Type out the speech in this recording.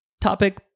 topic